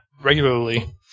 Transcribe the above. regularly